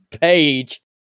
page